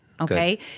Okay